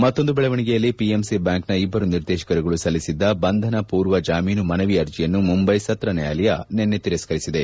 ಮತ್ತೊಂದು ಬೆಳವಣಿಗೆಯಲ್ಲಿ ಪಿಎಮ್ಸಿ ಬ್ಯಾಂಕ್ನ ಇಬ್ಬರು ನಿರ್ದೇಶಕರುಗಳು ಸಲ್ಲಿಸಿದ್ದ ಬಂಧನ ಪೂರ್ವ ಜಾಮೀನು ಮನವಿ ಅರ್ಜಿಯನ್ನು ಮುಂಬೈ ಸತ್ರ ನ್ಯಾಯಾಲಯ ನಿನ್ನೆ ತಿರಸ್ಗರಿಸಿದೆ